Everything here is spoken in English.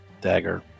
dagger